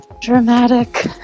dramatic